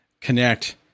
connect